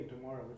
tomorrow